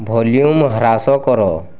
volume ହ୍ରାସ କର